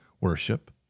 worship